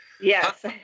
Yes